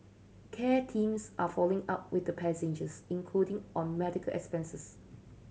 care teams are following up with the passengers including on medical expenses